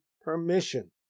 permission